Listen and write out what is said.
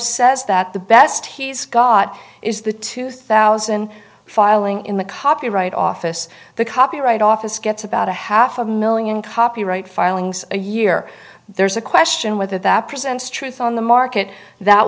says that the best he's got is the two thousand filing in the copyright office the copyright office gets about a half a million copyright filings a year there's a question whether that presents truth on the market that